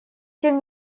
тем